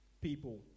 people